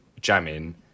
jamming